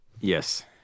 Yes